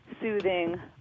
soothing